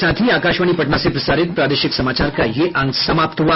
इसके साथ ही आकाशवाणी पटना से प्रसारित प्रादेशिक समाचार का ये अंक समाप्त हुआ